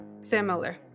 similar